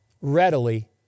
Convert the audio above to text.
readily